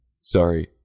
sorry